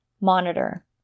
Monitor